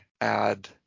add